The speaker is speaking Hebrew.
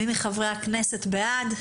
מי מחברי הכנסת בעד?